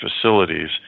facilities